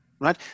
right